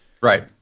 Right